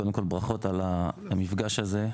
קודם כל ברכות על המפגש הזה,